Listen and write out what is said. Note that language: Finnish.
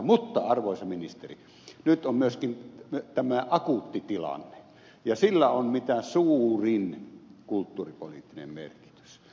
mutta arvoisa ministeri nyt on myöskin tämä akuutti tilanne ja sillä on mitä suurin kulttuuripoliittinen merkitys